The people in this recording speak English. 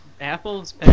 Apples